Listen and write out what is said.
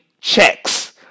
checks